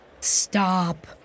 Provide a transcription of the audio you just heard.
Stop